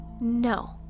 No